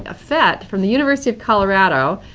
ah phet, from the university of colorado,